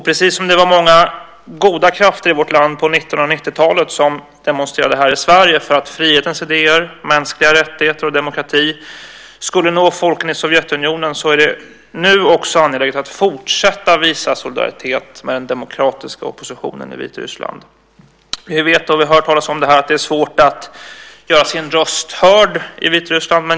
Precis som det var många goda krafter i vårt land på 1990-talet som demonstrerade här i Sverige för att frihetens idéer, mänskliga rättigheter och demokrati skulle nå folken i Sovjetunionen, är det nu också angeläget att fortsätta visa solidaritet med den demokratiska oppositionen i Vitryssland. Vi har hört talas om att det är svårt att göra sin röst hörd i Vitryssland.